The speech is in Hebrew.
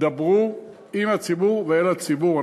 דברו עם הציבור ואל הציבור.